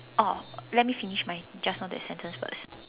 orh let me finish my just now that sentence first